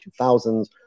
2000s